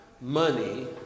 money